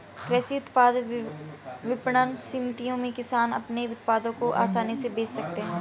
कृषि उत्पाद विपणन समितियों में किसान अपने उत्पादों को आसानी से बेच सकते हैं